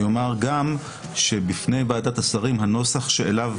אומר גם שבפני ועדת השרים הנוסח שאליו